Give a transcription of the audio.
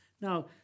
Now